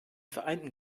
vereinten